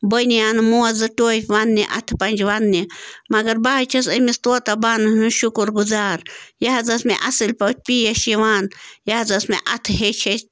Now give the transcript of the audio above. بنیان موزٕ ٹوپہِ وَنٛنہِ اَتھٕ پَنٛجہِ وَنٛنہِ مگر بہٕ حظ چھَس أمِس طوطہ بانو ہِنٛز شُکُر گُزار یہِ حظ ٲس مےٚ اَصٕلۍ پٲٹھۍ پیش یِوان یہِ حظ ٲس مےٚ اَتھٕ ہیٚچھۍ ہیٚچھۍ